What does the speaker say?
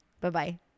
Bye-bye